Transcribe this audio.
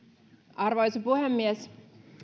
arvoisa puhemies